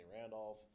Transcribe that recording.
Randolph